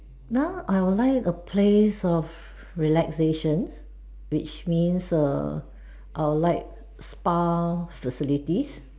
now I will like a place of relaxation which means err I will like spa facilities